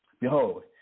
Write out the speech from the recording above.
Behold